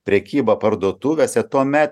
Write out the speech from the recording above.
prekyba parduotuvėse tuomet